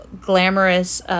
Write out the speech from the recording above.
glamorous